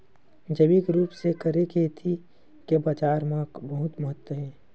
जैविक रूप से करे खेती के बाजार मा बहुत महत्ता हे